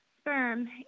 sperm